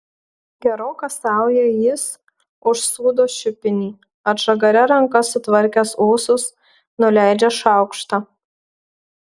geroka sauja jis užsūdo šiupinį atžagaria ranka sutvarkęs ūsus nuleidžia šaukštą